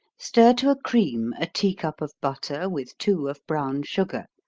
stir to a cream a tea cup of butter, with two of brown sugar,